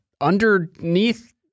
underneath